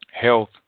health